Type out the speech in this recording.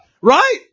Right